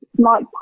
Smart